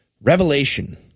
Revelation